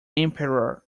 emperor